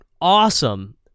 awesome